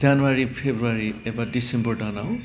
January February एबा December दानाव